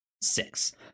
six